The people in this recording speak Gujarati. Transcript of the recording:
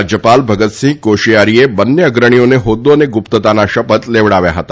રાજ્યપાલ ભગતસિંહ કોશિયારીએ બંને અગ્રણીઓને હોદ્દો અને ગુપ્તતાના શપથ લેવડાવ્યા હતા